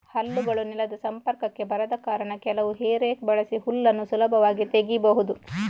ಹಲ್ಲುಗಳು ನೆಲದ ಸಂಪರ್ಕಕ್ಕೆ ಬರದ ಕಾರಣ ಕೆಲವು ಹೇ ರೇಕ್ ಬಳಸಿ ಹುಲ್ಲನ್ನ ಸುಲಭವಾಗಿ ತೆಗೀಬಹುದು